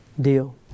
Deal